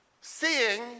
Seeing